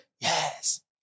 Yes